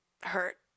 hurt